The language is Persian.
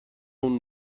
اون